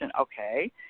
Okay